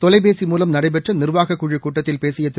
தொலைபேசி மூலம் நடைபெற்ற நிர்வாகக்குழி கூட்டத்தில் பேசிய திரு